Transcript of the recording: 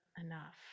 enough